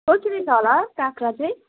कसरी छ होला काँक्रा चाहिँ